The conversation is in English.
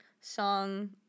song